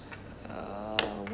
uh